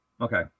okay